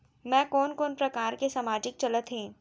मैं कोन कोन प्रकार के सामाजिक चलत हे?